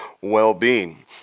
well-being